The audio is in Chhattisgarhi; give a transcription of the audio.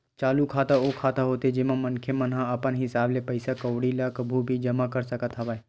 चालू खाता ओ खाता होथे जेमा मनखे मन ह अपन हिसाब ले पइसा कउड़ी ल कभू भी जमा कर सकत हवय